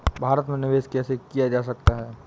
भारत में निवेश कैसे किया जा सकता है?